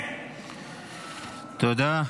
תודה.